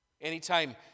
Anytime